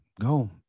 go